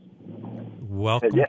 Welcome